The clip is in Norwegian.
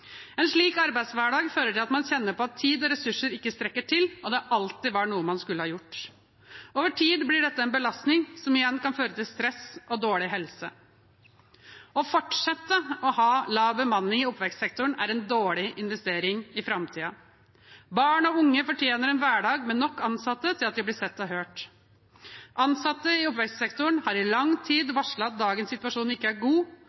En slik arbeidshverdag fører til at man kjenner på at tid og ressurser ikke strekker til, og at det alltid var noe man skulle ha gjort. Over tid blir dette en belastning, som igjen kan føre til stress og dårlig helse. Å fortsette å ha lav bemanning i oppvekstsektoren er en dårlig investering i framtiden. Barn og unge fortjener en hverdag med nok ansatte til at de blir sett og hørt. Ansatte i oppvekstsektoren har i lang tid varslet at dagens situasjon ikke er god,